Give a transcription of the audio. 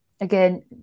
again